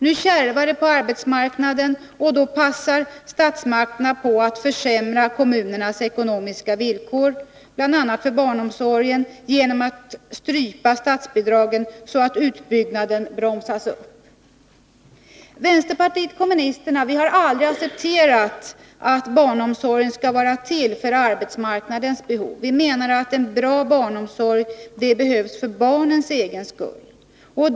Nu kärvar det på arbetsmarknaden, och då passar statsmakterna på att försämra kommunernas ekonomiska villkor bl.a. för barnomsorgen genom att strypa statsbidragen, så att utbyggnaden bromsas upp. Vänsterpartiet kommunisterna har aldrig accepterat att barnomsorgen skall vara till för att tillgodose arbetsmarknadens behov. Vi menar att en bra barnomsorg behövs för barnens egen skull.